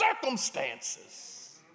circumstances